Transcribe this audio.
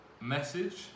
message